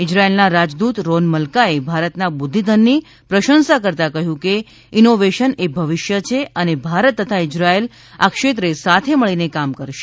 ઈઝરાયેલના રાજદ્રત રોન મલકાએ ભારતના બુદ્ધિધનની પ્રશંસા કરતા કહ્યું કે ઈનોવેશનએ ભવિષ્ય છે અને ભારત તથા ઈઝરાયેલ આ ક્ષેત્રે સાથે મળીને કામ કરશે